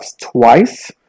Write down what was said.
twice